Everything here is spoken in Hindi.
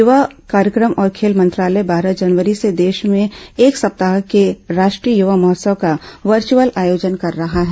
युवा कार्यक्रम और खेल मंत्रालय बारह जनवरी से देश में एक सप्ताह के राष्ट्रीय युवा महोत्सव का वर्चुअल आयोजन कर रहा है